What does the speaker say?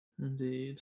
Indeed